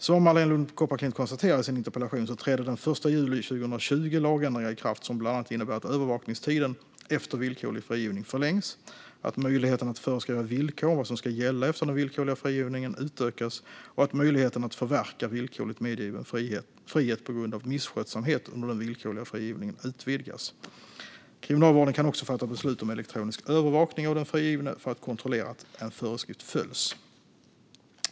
Som Marléne Lund Kopparklint konstaterar i sin interpellation trädde den 1 juli 2020 lagändringar i kraft som bland annat innebär att övervakningstiden efter villkorlig frigivning förlängs, att möjligheten att föreskriva villkor om vad som ska gälla efter den villkorliga frigivningen utökas och att möjligheten att förverka villkorligt medgiven frihet på grund av misskötsamhet under den villkorliga frigivningen utvidgas. Kriminalvården kan också fatta beslut om elektronisk övervakning av den frigivne för att kontrollera att en föreskrift följs.